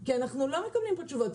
כי אנחנו לא מקבלים פה תשובות.